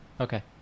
Okay